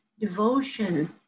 devotion